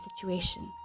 situation